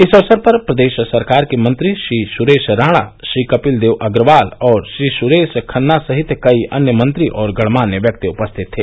इस अवसर पर प्रदेश सरकार के मंत्री श्री सुरेश राणा श्री कपिल देव अग्रवाल और श्री सुरेश खन्ना सहित कई अन्य मंत्री और गणमान्य व्यक्ति उपस्थित थे